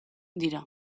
dira